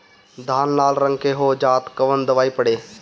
धान लाल रंग के हो जाता कवन दवाई पढ़े?